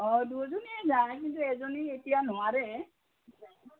অঁ দুইজনীয়ে যাই কিন্তু এজনী এতিয়া নোৱাৰে